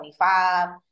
25